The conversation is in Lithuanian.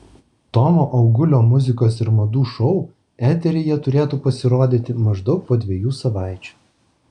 tomo augulio muzikos ir madų šou eteryje turėtų pasirodyti maždaug po dviejų savaičių